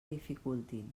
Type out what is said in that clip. dificultin